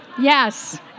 Yes